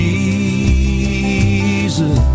Jesus